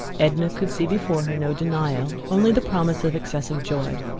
edna could see before her no denial only the promise of excessive joy.